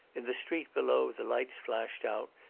in the street below the lights flashed out,